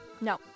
no